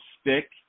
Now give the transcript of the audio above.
stick